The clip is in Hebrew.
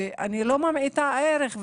אני לא ממעיטה בערך,